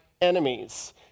enemies